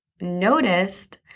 noticed